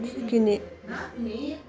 কিনি